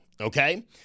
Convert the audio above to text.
okay